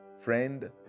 Friend